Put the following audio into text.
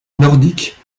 nordiques